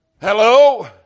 Hello